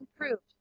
improved